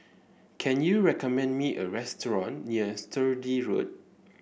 can you recommend me a restaurant near Sturdee Road